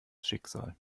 schicksal